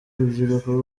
rubyiruko